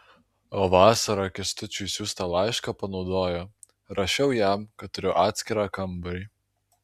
o vasarą kęstučiui siųstą laišką panaudojo rašiau jam kad turiu atskirą kambarį